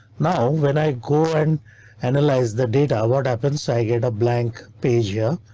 now when i go and analyze the data, what happens? i get a blank page here.